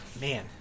man